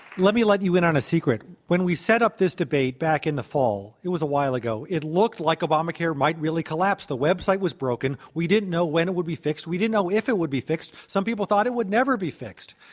let me let you in on a secret. when we set up this debate back in the fall, it was a while ago, it looked like obamacare might really collapse. the website was broken. we didn't know when it would be fixed. we didn't know if it would be fixed. some people thought it would never be fixed.